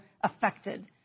affected